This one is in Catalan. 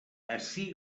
ací